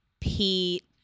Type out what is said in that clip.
Pete